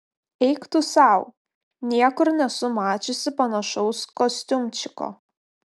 eik tu sau niekur nesu mačiusi panašaus kostiumčiko